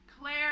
Claire